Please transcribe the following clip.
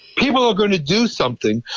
people are going to do something,